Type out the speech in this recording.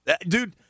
Dude